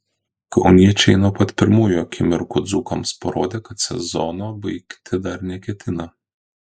kauniečiai nuo pat pirmųjų akimirkų dzūkams parodė kad sezono baigti dar neketina